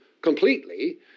completely